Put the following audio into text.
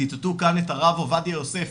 ציטטו כאן את הרב עובדיה יוסף,